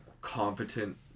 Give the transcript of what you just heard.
competent